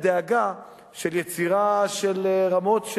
הדאגה של יצירה של רמות,